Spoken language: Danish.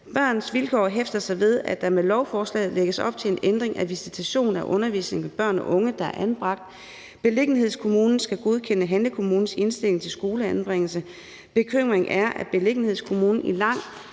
»Børns Vilkår hæfter sig ved, at der med lovforslaget lægges op til en ændring af visitation af undervisning til børn og unge, der er anbragt. Beliggenhedskommunen skal godkende handlekommunens indstilling til skoleanbringelse. Bekymringen er, at beliggenhedskommunen i langt